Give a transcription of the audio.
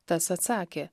tas atsakė